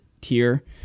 tier